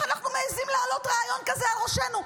איך אנחנו מעיזים להעלות רעיון כזה על ראשנו.